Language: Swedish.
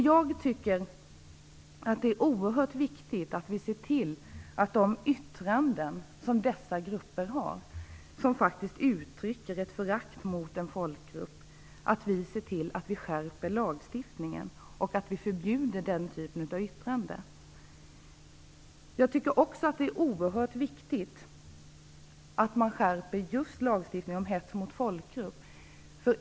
Jag tycker att det är oerhört viktigt att vi ser till att lagstiftningen skärps när det gäller de yttranden som dessa grupper gör och som faktiskt uttrycker ett förakt mot en folkgrupp. Det är viktigt att vi förbjuder den typen av yttrande. Det är också oerhört viktigt att just lagstiftningen om hets mot folkgrupp skärps.